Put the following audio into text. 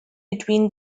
between